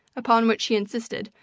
upon which she insisted,